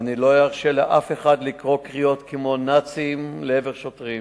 ואני לא ארשה לאיש לקרוא קריאות כמו "נאצים" לעבר שוטרים.